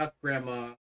grandma